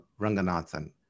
Ranganathan